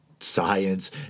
science